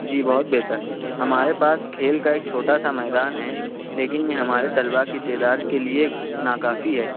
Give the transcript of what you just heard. جی بہت بہتر ہمارے پاس کھیل کا ایک چھوٹا سا میدان ہے لیکن یہ ہمارے طلبہ کی تعداد کے لیے نا کافی ہے